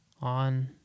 on